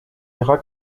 ira